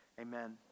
Amen